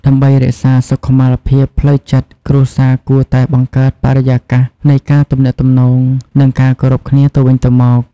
ដើម្បីរក្សាសុខុមាលភាពផ្លូវចិត្ត គ្រួសារគួរតែ បង្កើតបរិយាកាសនៃការទំនាក់ទំនង និងការគោរពគ្នាទៅវិញទៅមក។